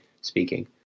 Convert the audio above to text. speaking